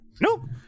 Nope